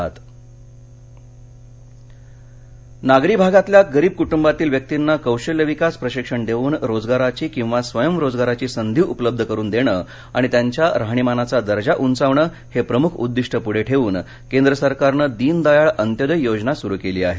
intro लाभार्थी कोल्हापूरः नागरी भागातल्या गरीब क्टुबातील व्यक्तींना कौशल्य विकास प्रशिक्षण देऊन रोजगाराची किंवा स्वयंरोजगाराची संधी उपलब्ध करुन देणं आणि त्यांच्या राहणीमानाचा दर्जा उंचावणं हे प्रमुख उद्दिष्ट पुढे ठेऊन केंद्र सरकारनं दीनदयाळ अंत्योदय योजना सुरू केली आहे